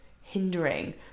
hindering